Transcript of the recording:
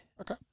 Okay